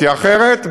כי אחרת,